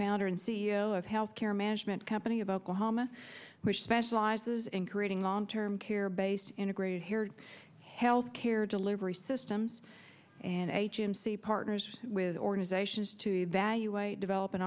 founder and c e o of healthcare management company about to hama which specializes in creating long term care based integrated hared health care delivery systems and h m c partners with organizations to evaluate develop and